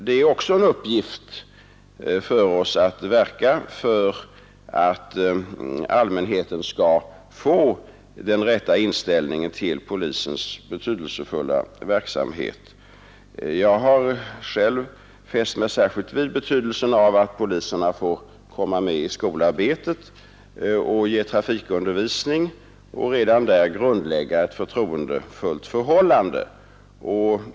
Det är också en uppgift för oss att verka för att allmänheten skall få den rätta inställningen till polisens betydelsefulla verksamhet. Jag har själv fäst mig särskilt vid betydelsen av att poliserna får komma med i skolarbetet och ge trafikundervisning för att redan där grundlägga ett förtroendefullt förhållande.